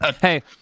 Hey